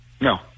No